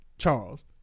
Charles